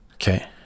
okay